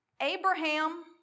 Abraham